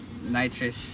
nitrous